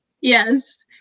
Yes